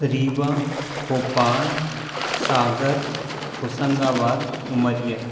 Rewa Bhopal Sagar Hoshangabad Umaria